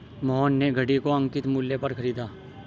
मोहन ने घड़ी को अंकित मूल्य पर खरीदा